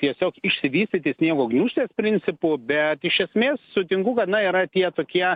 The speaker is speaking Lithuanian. tiesiog išsivystyti sniego gniūžtės principu bet iš esmės sutinku kad na yra tie tokie